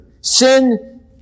Sin